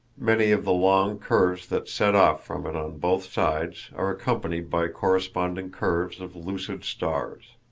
many of the long curves that set off from it on both sides are accompanied by corresponding curves of lucid stars.